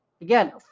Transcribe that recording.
Again